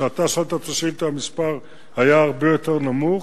כשאתה שאלת את השאילתא, המספר היה הרבה יותר נמוך.